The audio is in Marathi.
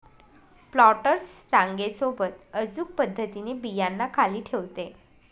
प्लांटर्स रांगे सोबत अचूक पद्धतीने बियांना खाली ठेवते